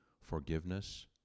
forgiveness